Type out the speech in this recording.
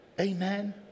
Amen